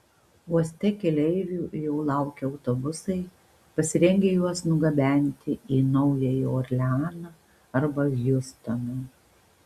uoste keleivių jau laukia autobusai pasirengę juos nugabenti į naująjį orleaną arba hjustoną